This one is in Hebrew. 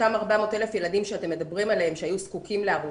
אותם 400,000 ילדים שאתם מדברים עליהם שהיו זקוקים לארוחה,